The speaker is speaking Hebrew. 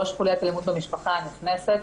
ראש חוליית אלימות במשפחה הנכנסת,